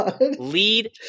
lead